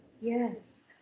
Yes